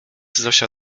zosia